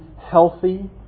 healthy